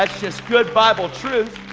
like just good bible truth.